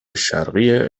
شرقی